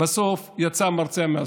בסוף יצא המרצע מהשק.